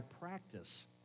practice